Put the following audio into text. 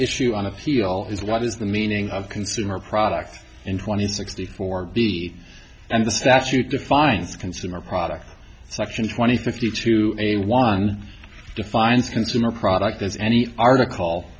issue on appeal is what is the meaning of consumer products in twenty sixty four b and the statute defines consumer product section twenty fifty two a one defines consumer product as any article